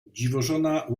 dziwożona